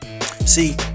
See